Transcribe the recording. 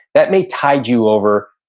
that may tide you over,